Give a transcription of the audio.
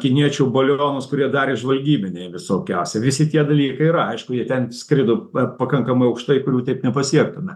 kiniečių balionus kurie dar ir žvalgybiniai visokie esą visi tie dalykai yra aišku jie ten skrido be pakankamai aukštai kurių taip nepasiektume